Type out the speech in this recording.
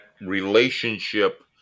relationship